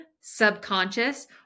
subconscious